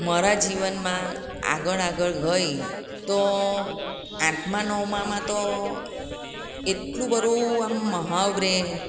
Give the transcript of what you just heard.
મારા જીવનમાં આગળ આગળ ગઈ તો આઠમા નવમામાં તો એટલું બધું આમ મહાવરે